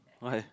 why